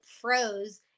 froze